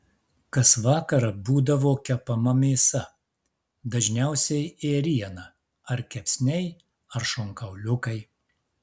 kas vakarą būdavo kepama mėsa dažniausiai ėriena ar kepsniai ar šonkauliukai